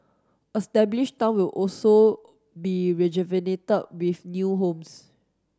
established town will also be rejuvenated with new homes